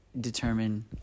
determine